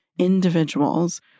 individuals